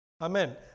Amen